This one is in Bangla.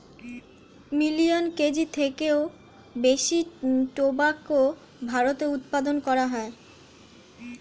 মিলিয়ান কেজির থেকেও বেশি টোবাকো ভারতে উৎপাদন হয়